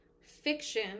fiction